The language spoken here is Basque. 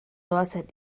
doazen